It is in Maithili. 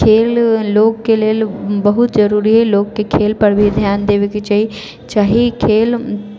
खेल लोगके लेल बहुत जरूरी हइ लोगके खेल पर भी ध्यान देबयके चाही चाही खेल